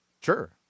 sure